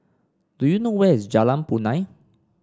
do you know where is Jalan Punai